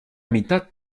mitad